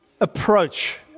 approach